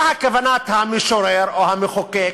מה כוונת המשורר או המחוקק?